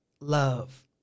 love